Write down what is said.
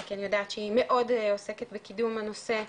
כי אני יודעת שהיא מאוד עוסקת בקידום הנושא,